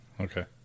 Okay